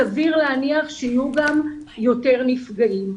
סביר להניח שיהיו גם יותר נפגעים.